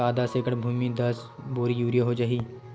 का दस एकड़ भुमि में दस बोरी यूरिया हो जाही?